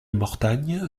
mortagne